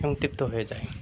মন তৃপ্ত হয়ে যায়